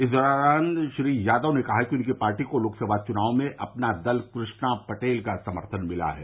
इस दौरान श्री यादव ने कहा कि उनकी पार्टी को लोकसभा चुनाव में अपना दल कृष्णा पटेल का समर्थन मिला है